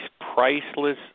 priceless